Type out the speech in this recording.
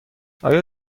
آیا